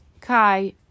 Kai